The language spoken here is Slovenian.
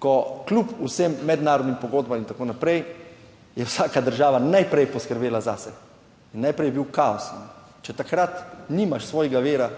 ko kljub vsem mednarodnim pogodbam in tako naprej, je vsaka država najprej poskrbela zase in najprej je bil kaos. In če takrat nimaš svojega vira,